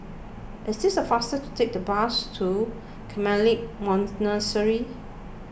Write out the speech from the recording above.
It is faster to take the bus to Carmelite Monastery